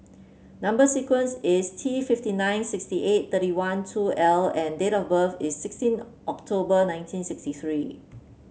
number sequence is T fifty nine sixty eight thirty one two L and date of birth is sixteen October nineteen sixty three